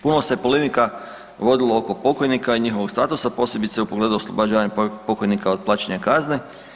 Puno se polemika vodilo oko pokajnika i njihovog statusa, posebice u pogledu oslobađanja pokajnika od plaćanja kazni.